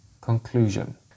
Conclusion